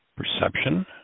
Perception